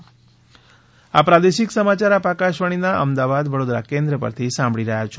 corona appeal આ પ્રાદેશિક સમાચાર આપ આકશવાણીના અમદાવાદ વડોદરા કેન્દ્ર પરથી સાંભળી રહ્યા છે